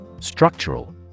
Structural